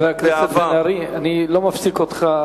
חבר הכנסת בן-ארי, אני לא מפסיק אותך.